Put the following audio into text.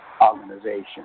organization